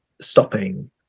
stopping